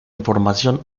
información